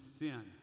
sin